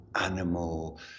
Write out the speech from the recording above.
animal